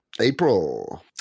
april